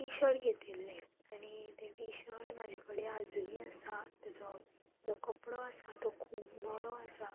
T shirt घेतिल्लें आनी तें टी शर्ट म्हाजे कडेन आजुनी आसा तेजो जो कपडो आसा तो खूब बरो आसा